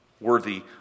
worthy